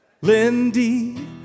Lindy